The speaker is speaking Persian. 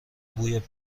بوی